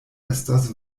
estas